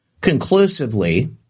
conclusively